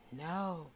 no